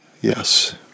Yes